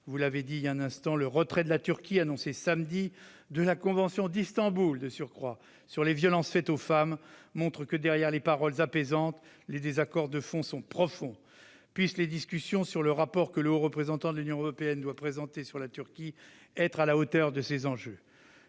Vous l'avez dit, monsieur le secrétaire d'État, le retrait de la Turquie, annoncé samedi, de la convention d'Istanbul sur les violences faites aux femmes montre que, derrière les paroles apaisantes, les désaccords de fond sont profonds. Puissent les discussions sur le rapport que le Haut Représentant de l'Union européenne doit présenter sur la Turquie être à la hauteur de ces enjeux !